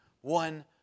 one